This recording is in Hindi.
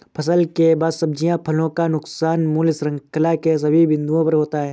फसल के बाद सब्जियों फलों का नुकसान मूल्य श्रृंखला के सभी बिंदुओं पर होता है